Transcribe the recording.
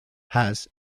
has